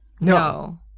No